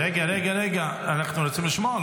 --- רגע, רגע, רגע, אנחנו רוצים לשמוע.